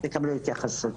ותקבלו התייחסות.